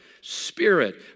Spirit